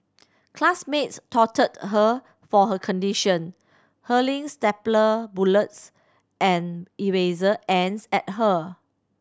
classmates taunted her for her condition hurling stapler bullets and eraser ends at her